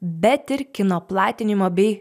bet ir kino platinimo bei